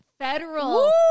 Federal